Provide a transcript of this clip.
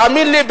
תאמין לי,